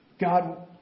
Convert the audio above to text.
God